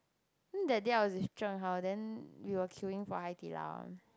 then that day I was with Zhen-Hao we were queuing for Hao-Di-Lao